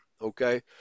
Okay